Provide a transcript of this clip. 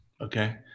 okay